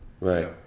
Right